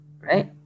right